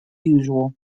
usual